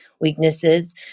weaknesses